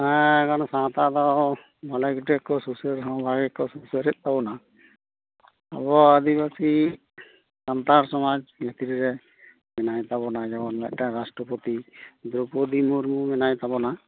ᱦᱮᱻ ᱜᱟᱱ ᱥᱟᱶᱛᱟ ᱫᱚ ᱚᱸᱰᱮ ᱜᱚᱴᱮᱡ ᱠᱚ ᱥᱩᱥᱟᱹᱨ ᱦᱚᱸ ᱵᱷᱟᱭᱜᱮᱠᱚ ᱥᱩᱥᱟᱹᱨᱮᱜ ᱛᱟᱵᱚᱱᱟ ᱟᱵᱚ ᱟᱹᱫᱤᱵᱟᱹᱥᱤ ᱥᱟᱱᱛᱟᱲ ᱥᱚᱢᱟᱡᱽ ᱵᱷᱤᱛᱨᱤ ᱨᱮ ᱢᱮᱱᱟᱭ ᱛᱟᱵᱚᱱᱟᱭ ᱡᱮᱢᱚᱱ ᱢᱮᱫᱴᱟᱝ ᱨᱟᱥᱴᱚᱯᱚᱛᱤ ᱫᱨᱳᱣᱯᱚᱫᱤ ᱢᱩᱨᱢᱩ ᱢᱮᱱᱟᱭ ᱛᱟᱵᱚᱱᱟ